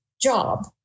job